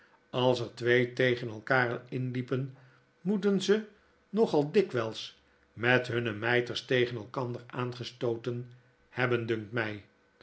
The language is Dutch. als er twee tegen elkaar inliepen moeten ze nogal dikwijls met hunne mijters tegen elkander aangestooten hebben dunkt mij